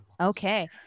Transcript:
Okay